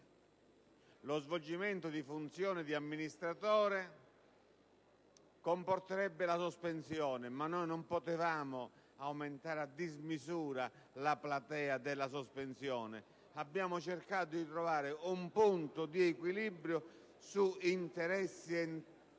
lo svolgimento di funzioni di amministratore deve comportare la sospensione di tali obblighi, ma non potevamo aumentare a dismisura la platea della sospensione; abbiamo cercato di trovare un punto di equilibrio su interessi tutti